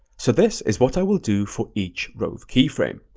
so this is what i will do for each rove keyframe.